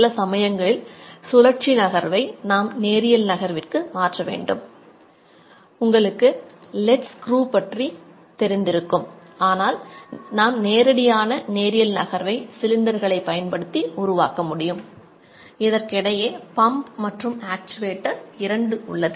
சில சமயங்களில் சுழற்சி நகர்வை இரண்டும் உள்ளது